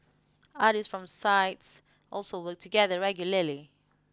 artists from sides also work together regularly